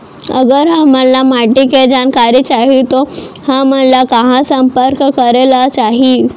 अगर हमन ला माटी के जानकारी चाही तो हमन ला कहाँ संपर्क करे ला चाही?